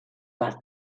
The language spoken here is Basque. bat